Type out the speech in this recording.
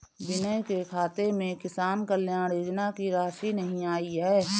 विनय के खाते में किसान कल्याण योजना की राशि नहीं आई है